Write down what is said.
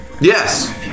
Yes